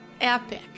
epic